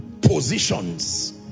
Positions